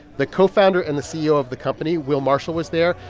the co-founder and the ceo of the company, will marshall, was there.